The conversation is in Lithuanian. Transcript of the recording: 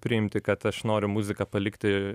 priimti kad aš noriu muziką palikti